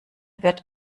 wird